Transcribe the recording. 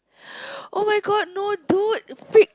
oh-my-god no dude freak